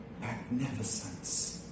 Magnificence